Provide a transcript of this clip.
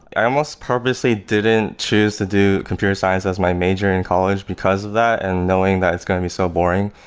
i almost purposely didn't choose to do computer science as my major in college, because of that, and knowing that it's going to be so boring.